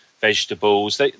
vegetables